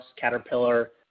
Caterpillar